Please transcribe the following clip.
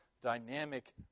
dynamic